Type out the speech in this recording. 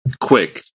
quick